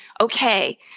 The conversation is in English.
okay